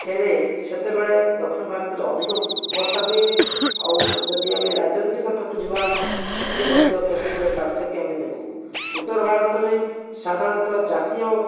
ଫେରେ ସେତେବେଳେ ଦକ୍ଷିଣ ଭାରତରେ ଅଧିକ ବର୍ଷା ହୁଏ ଆଉ ଯଦି ଆମେ ରାଜନୀତି କଥାକୁ ଯିବା ସେଥିରେ ମଧ୍ୟ କେତେ ଗୁଡ଼ିଏ ପାର୍ଥକ୍ୟ ଆମେ ଦେଖୁ ଉତ୍ତର ଭାରତରେ ସାଧାରଣତଃ ଜାତୀୟ